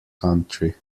country